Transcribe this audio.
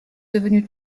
devenue